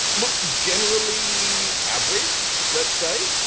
look, generally average, let's say.